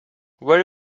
very